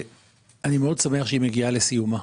ואני מאוד שמח שהיא מגיעה לסיומה.